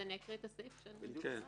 בביטול